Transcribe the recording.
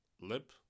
lip